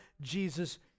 Jesus